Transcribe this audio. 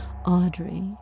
Audrey